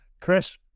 Chris